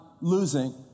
losing